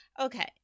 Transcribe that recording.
Okay